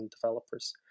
developers